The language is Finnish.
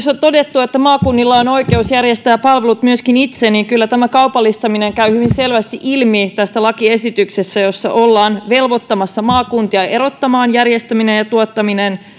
on todettu että maakunnilla on oikeus järjestää palvelut myöskin itse kyllä tämä kaupallistaminen käy hyvin selvästi ilmi tässä lakiesityksessä jossa ollaan velvoittamassa maakuntia erottamaan järjestäminen ja tuottaminen